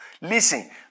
Listen